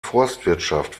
forstwirtschaft